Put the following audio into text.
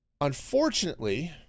Unfortunately